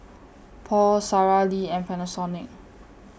Paul Sara Lee and Panasonic